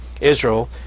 Israel